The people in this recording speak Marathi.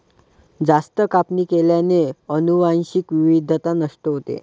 जास्त कापणी केल्याने अनुवांशिक विविधता नष्ट होते